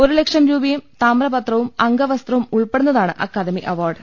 ഒരു ലക്ഷം രൂപയും താമ്രപത്രവും അംഗവസ്ത്രവും ഉൾപ്പെടുന്നതാണ് അക്കാ ദമി അവാർഡ്